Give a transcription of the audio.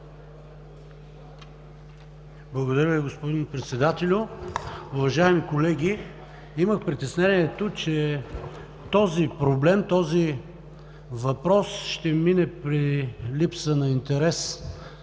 Благодаря Ви, господин Председателю. Уважаеми колеги, имах притеснението, че този проблем, този въпрос ще мине при липса на интерес,